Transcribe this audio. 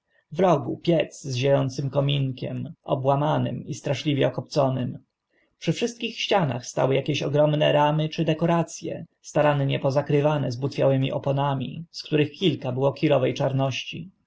w rogu piec z zie ącym kominkiem obłamanym i straszliwie okopconym przy wszystkich ścianach stały akieś ogromne ramy czy dekorac e starannie pozakrywane zbutwiałymi oponami z których kilka było kirowe czarności